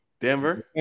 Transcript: Denver